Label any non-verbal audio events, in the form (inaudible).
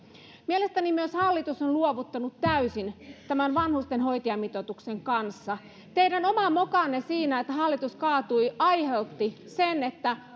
mielestäni myös hallitus on luovuttanut täysin tämän vanhusten hoitajamitoituksen kanssa teidän oma mokanne siinä että hallitus kaatui aiheutti sen että (unintelligible)